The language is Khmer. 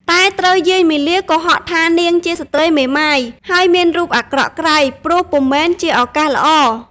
តែត្រូវយាយមាលាកុហកថានាងជាស្ត្រីមេម៉ាយ ហើយមានរូបអាក្រក់ក្រៃ ព្រោះពុំមែនជាឱកាសល្អ។